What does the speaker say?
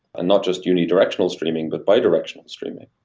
and not just unit-directional streaming but bi-directional streaming,